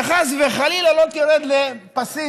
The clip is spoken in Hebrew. שחס וחלילה, שלא תרד לפסים